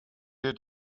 had